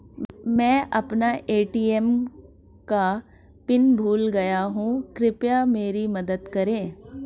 मैं अपना ए.टी.एम का पिन भूल गया हूं, कृपया मेरी मदद करें